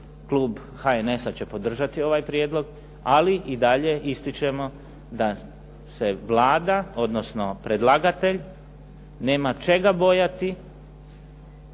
Klub HNS-a će podržati ovaj Prijedlog ali i dalje ističemo da se Vlada odnosno predlagatelj nema čega bojati,